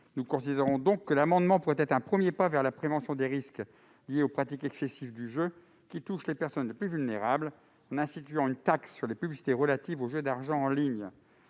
jeux. Le présent amendement pourrait être un premier pas vers la prévention des risques liés aux pratiques excessives du jeu, qui touchent les personnes les plus vulnérables, grâce à l'instauration d'une taxe sur les publicités relatives aux jeux d'argent en ligne.